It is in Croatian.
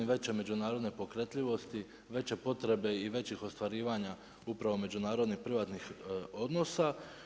veće međunarodne pokretljivosti, veće potrebe i većih ostvarivanja upravo međunarodnih privatnih odnosa.